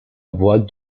voix